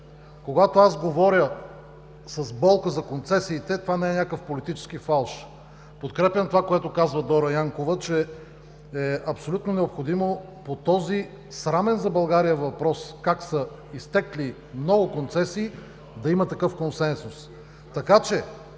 Когато говоря с болка за концесиите, това не е някакъв политически фалш. Подкрепям това, което каза Дора Янкова, че е абсолютно необходимо по този срамен за България въпрос – как са изтекли много концесии, да има такъв консенсус.